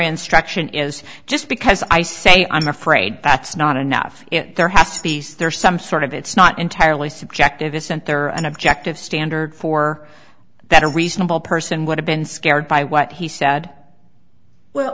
insurance struction is just because i say i'm afraid that's not enough it perhaps these there's some sort of it's not entirely subjective isn't there an objective standard for that a reasonable person would have been scared by what he said well